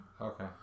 Okay